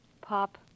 Pop